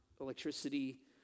electricity